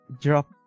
drop